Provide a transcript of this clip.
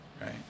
right